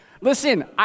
Listen